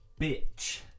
Bitch